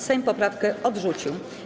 Sejm poprawkę odrzucił.